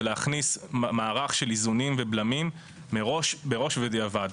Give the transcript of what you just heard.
זה להכניס מערך של איזונים ובלמים מראש ובדיעבד.